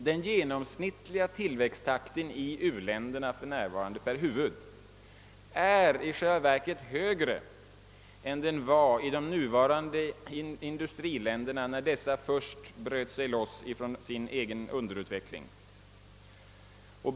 Den genomsnittliga tillväxttakten i uländerna per huvud är i själva verket för närvarande högre än den var i de nuvarande industriländerna, när dessa först bröt sig loss från sin underutveckling.